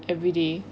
everyday